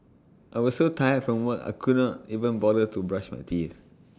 I was so tired from work I could not even bother to brush my teeth